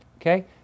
Okay